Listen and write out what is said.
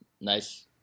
Nice